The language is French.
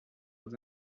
aux